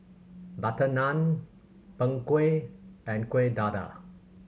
butter naan Png Kueh and Kuih Dadar